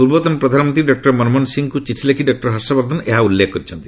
ପୂର୍ବତନ ପ୍ରଧାନମନ୍ତ୍ରୀ ଡକୁର ମନମୋହନ ସିଂହଙ୍କୁ ଚିଠି ଲେଖି ଡକୁର ହର୍ଷବର୍ଦ୍ଧନ ଏହା ଉଲ୍ଲେଖ କରିଛନ୍ତି